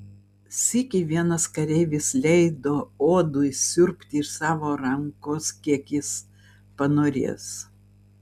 sykį vienas kareivis leido uodui siurbti iš savo rankos kiek jis panorės